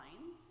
lines